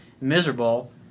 miserable